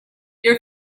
your